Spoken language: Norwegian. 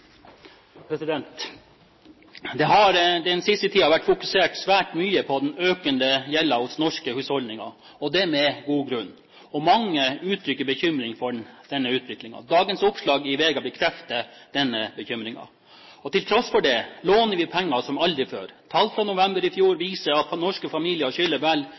måte. Det har den siste tiden vært fokusert svært mye på den økende gjelden hos norske husholdninger, og det med god grunn, og mange uttrykker bekymring for denne utviklingen. Dagens oppslag i VG bekrefter denne bekymringen. Til tross for det låner vi penger som aldri før. Tall fra november i fjor viser at norske familier skylder vel